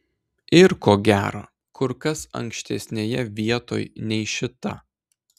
ir ko gero kur kas ankštesnėje vietoj nei šita